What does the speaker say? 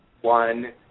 one